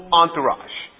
entourage